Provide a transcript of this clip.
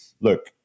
look